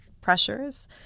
pressures